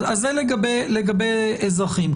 אז זה לגבי אזרחים.